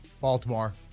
Baltimore